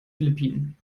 philippinen